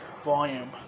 volume